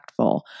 impactful